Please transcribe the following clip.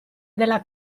della